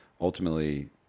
ultimately